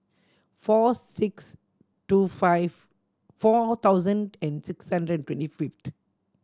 four six two five four thousand and six hundred twenty fifth